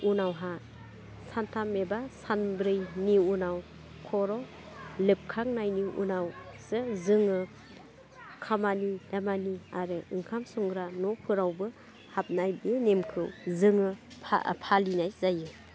उनावहा सान्थाम एबा सांनब्रैनि उनाव खर' लोबखांनायनि उनाव जोङो खामानि दामानि आरो ओंखाम संग्रा न'फोरावबो हाबनाय बे नेमखौ जोङो फालिनाय जायो